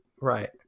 right